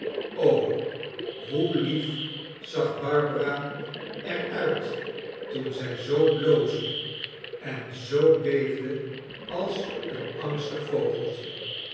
geweest hoe lief zag barbara er uit toen zij zoo bloosde en zoo beefde als een angstig vogeltje